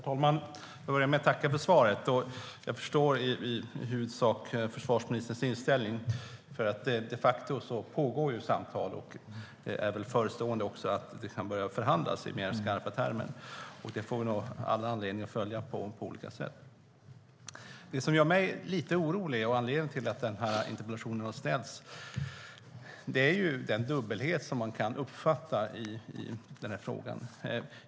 Herr talman! Jag börjar med att tacka för svaret. Jag förstår i huvudsak försvarsministerns inställning. De facto pågår ju samtal, och förhandlingar i mer skarpa termer är väl också förestående. Detta får vi nog all anledning att följa på olika sätt. Det som gör mig lite orolig och som är anledningen till att jag har ställt interpellationen är den dubbelhet som man kan uppfatta i frågan.